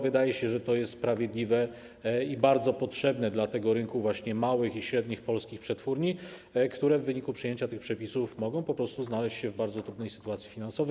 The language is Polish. Wydaje się, że to jest sprawiedliwe i bardzo potrzebne dla rynku właśnie małych i średnich polskich przetwórni, które w wyniku przyjęcia tych przepisów mogą po prostu znaleźć się w bardzo trudnej sytuacji finansowej.